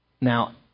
now